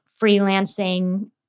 freelancing